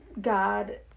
God